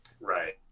Right